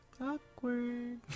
Awkward